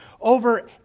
over